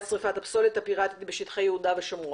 שריפת הפסולת הפירטית בשטחי יהודה ושומרון.